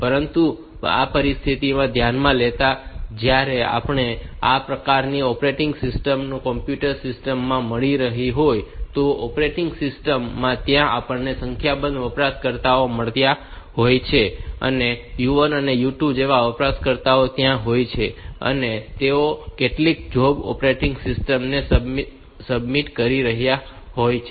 પરંતુ આ પરિસ્થિતિને ધ્યાનમાં લેતાં જ્યાં આપણને આ પકારની ઓપરેટિંગ સિસ્ટમ કોઈ કમ્પ્યુટર સિસ્ટમ માં મળી હોય તો આ ઑપરેટિંગ સિસ્ટમ માં ત્યાં આપણને સંખ્યાબંધ વપરાશકર્તાઓ મળ્યા હોય છે તે u1 u2 જેવા વપરાશકર્તાઓ ત્યાં હોય છે અને તેઓ કેટલીક જોબ ઓપરેટિંગ સિસ્ટમ ને સબમિટ કરી રહ્યાં હોય છે